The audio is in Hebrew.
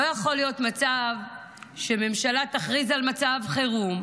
לא יכול להיות מצב שממשלה תכריז על מצב חירום,